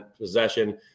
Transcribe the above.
possession